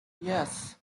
yes